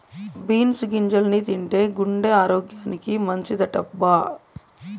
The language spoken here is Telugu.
బీన్స్ గింజల్ని తింటే గుండె ఆరోగ్యానికి మంచిదటబ్బా